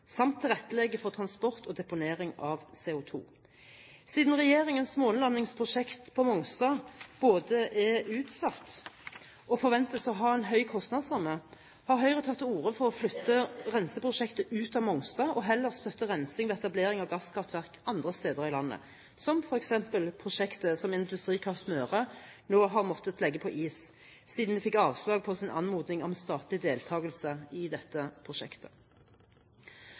samt tilrettelegger for transport og deponering av CO2. Siden regjeringens månelandingsprosjekt på Mongstad både er utsatt og forventes å ha en høy kostnadsramme, har Høyre tatt til orde for å flytte renseprosjektet ut av Mongstad og heller støtte rensing ved etablering av gasskraftverk andre steder i landet. Det kan f.eks. være prosjektet som Industrikraft Møre nå har måttet legge på is, siden de fikk avslag på sin anmodning om statlig deltagelse i dette prosjektet.